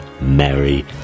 merry